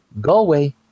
Galway